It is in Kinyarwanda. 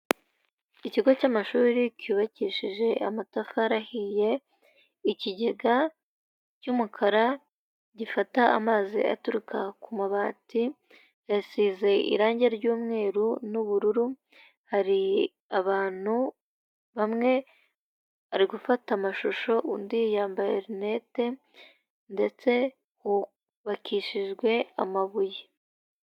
Ikigo cy'amashuri cyubakishije amatafari ahiye, ikigega cy'umukara gifata amazi aturuka ku mabati, hasize irangi ry'umweru n'ubururu, hari abantu bamwe bari gufata amashusho, undi yambaye rinete ndetse hubakishijwe amabuye.